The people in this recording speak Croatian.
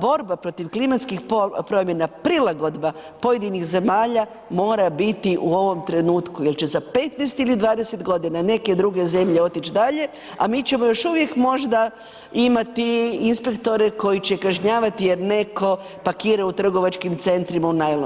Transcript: borba protiv klimatskih promjena prilagodba pojedinih zemalja mora biti u ovom trenutku jer će za 15 ili 20 godina neke druge zemlje otići dalje, a mi ćemo još uvijek možda imati inspektore koji će kažnjavati jer neko pakira u trgovačkim centrima u najlon.